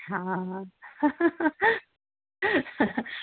हा